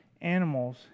animals